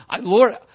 Lord